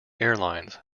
airlines